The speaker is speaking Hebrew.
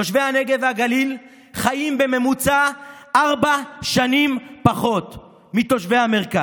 תושבי הנגב והגליל חיים בממוצע ארבע שנים פחות מתושבי המרכז,